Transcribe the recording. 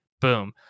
boom